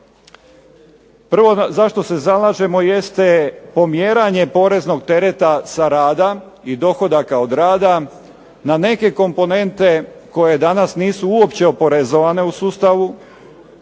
Prvo za što se zalažemo jeste pomjeranje poreznog tereta sa rada i dohodaka od rada na neke komponente koje danas nisu uopće oporezovane u sustavu